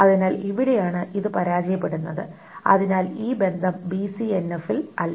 അതിനാൽ ഇവിടെയാണ് ഇത് പരാജയപ്പെടുന്നത് അതിനാൽ ഈ ബന്ധം BCNF ൽ അല്ല